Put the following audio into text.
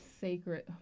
sacred